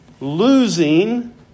losing